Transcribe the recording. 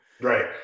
Right